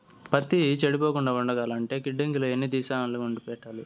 పత్తి చెడిపోకుండా ఉండాలంటే గిడ్డంగి లో ఎన్ని దినాలు పెట్టాలి?